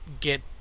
get